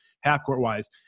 half-court-wise